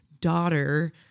daughter